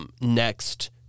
next